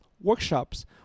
workshops